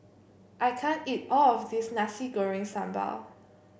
I can't eat all of this Nasi Goreng Sambal